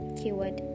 keyword